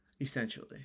essentially